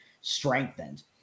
strengthened